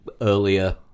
earlier